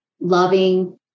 loving